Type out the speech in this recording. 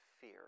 fear